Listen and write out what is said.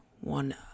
one